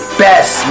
best